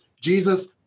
Jesus